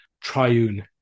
triune